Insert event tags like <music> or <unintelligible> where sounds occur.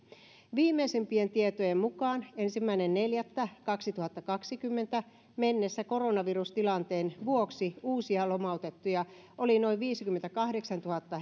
viimeisimpien tietojen mukaan ensimmäinen neljättä kaksituhattakaksikymmentä mennessä koronavirustilanteen vuoksi uusia lomautettuja oli noin viisikymmentäkahdeksantuhatta <unintelligible>